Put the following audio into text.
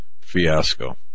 fiasco